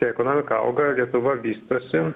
tai ekonomika auga lietuva vystosi